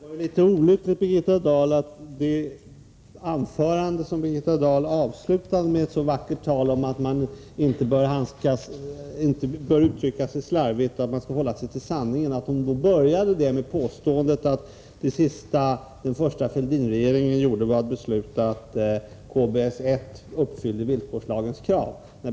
Herr talman! Det var litet olyckligt, Birgitta Dahl, att det anförande som Birgitta Dahl avslutade med så vackert tal om att man inte bör uttrycka sig slarvigt och att man bör hålla sig till sanningen, började med påståendet att det sista som den första Fälldin-regeringen gjorde var att besluta att KBS 1 uppfyller villkorslagens krav.